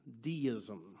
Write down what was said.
deism